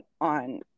on